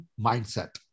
mindset